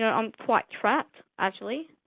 yeah i'm quite trapped, actually.